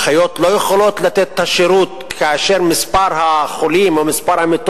ישראל נמצאת במקום האחרון או כמעט אחרון ב-OECD